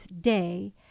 day